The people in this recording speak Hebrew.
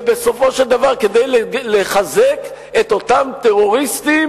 ובסופו של דבר כדי לחזק את אותם טרוריסטים